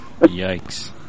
Yikes